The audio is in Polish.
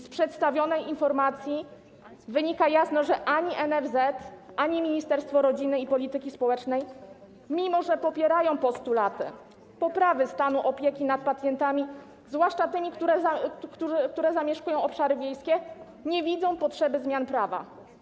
Z przedstawionej informacji wynika jasno, że ani NFZ, ani Ministerstwo Rodziny i Polityki Społecznej, mimo że popierają postulaty poprawy stanu opieki nad pacjentami, zwłaszcza tymi, którzy zamieszkują obszary wiejskie, nie widzą potrzeby zmian prawa.